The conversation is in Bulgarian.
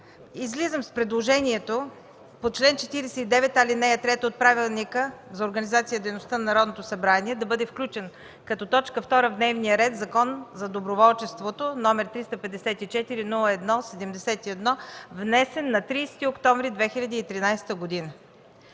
излизам с предложението по чл. 49, ал. 3 от Правилника за организацията и дейността на Народното събрание да бъде включен като точка втора в дневния ред Законопроект за доброволчеството № 354-01-071, внесен на 30 октомври 2013 г.